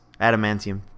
adamantium